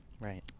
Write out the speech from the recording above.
right